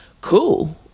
cool